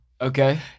Okay